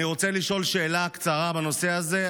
אני רוצה לשאול שאלה קצרה בנושא הזה,